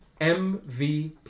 MVP